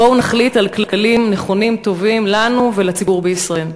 בואו ונחליט על כללים נכונים וטובים לנו ולציבור בישראל.